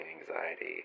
anxiety